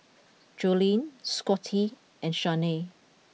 Jolene Scottie and Shanae